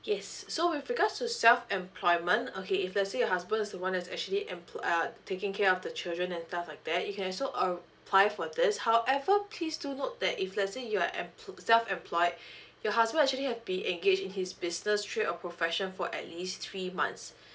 yes so with regards to self employment okay if let's say your husband is the one that's actually employ uh taking care of the children and stuff like that you can also apply for this however please do note that if let's say you're emplo~ self employed your husband actually had been engage in his business trip or profession for at least three months